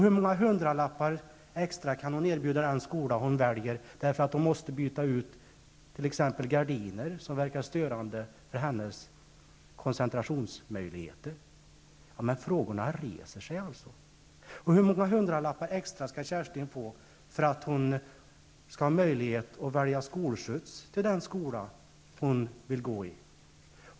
Hur många hundralappar extra kan hon erbjuda den skola hon väljer därför att man där t.ex. måste byta ut gardiner som verkar störande på hennes koncentrationsmöjligheter? Frågorna hopar sig. Hur många hundralappar extra skall Kerstin få för att hon skall ha möjlighet att välja skolskjuts till den skola hon vill gå i?